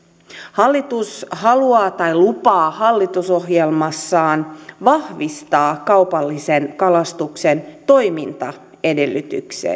hallitus lupaa hallitusohjelmassaan vahvistaa kaupallisen kalastuksen toimintaedellytyksiä